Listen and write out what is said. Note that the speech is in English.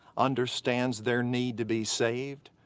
understands their need to be saved.